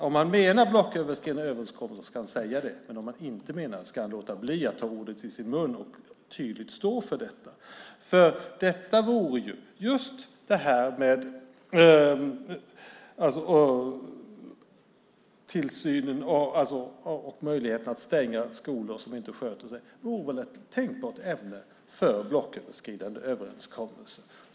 Om han menar blocköverskridande överenskommelser ska han säga det, men om han inte menar det ska han låta bli att ta ordet i sin mun och tydligt stå för detta. Tillsyn och möjligheten att stänga skolor som inte sköter sig vore ett tänkbart ämne för blocköverskridande överenskommelser.